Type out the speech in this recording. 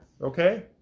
Okay